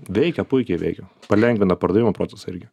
veikia puikiai veikia palengvina pardavimo procesą irgi